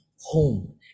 home